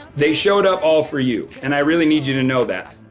they showed up all for you and i really need you to know that.